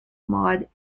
maud